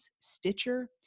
Stitcher